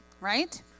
right